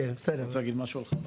להגיד משהו על חב"ד?